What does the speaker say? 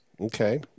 Okay